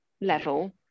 level